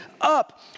Up